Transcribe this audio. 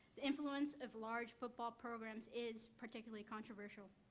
the influence of large football programs is particularly controversial.